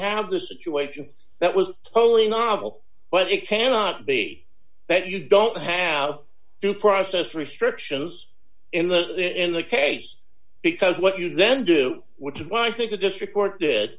have this situation that was totally novel but it cannot be that you don't have due process restrictions in the in the case because what you then do which is why i think the district court did